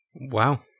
Wow